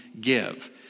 give